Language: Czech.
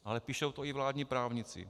Ale píší to i vládní právníci.